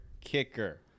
kicker